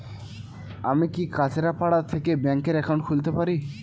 আমি কি কাছরাপাড়া থেকে ব্যাংকের একাউন্ট খুলতে পারি?